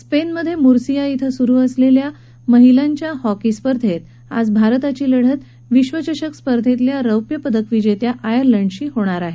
स्पेनमध्ये मुर्सिया इथं सुरू असलेल्या महिलांच्या हॉकी स्पर्धेत आज भारताची लढत विश्वचषक स्पर्धेतल्या रौप्यपदक विजेत्या आयर्लंडशी होणार आहे